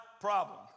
problem